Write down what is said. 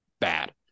bad